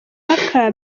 mupaka